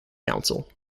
council